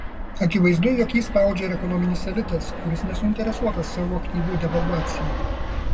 akivaizdu jog jį spaudžia ir ekonominis elitas kuris nesuinteresuotas savo aktyvų devalvacija